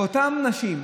ואותן נשים,